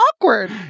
awkward